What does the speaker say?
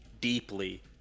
deeply